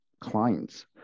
clients